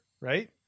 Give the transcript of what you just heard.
right